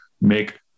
make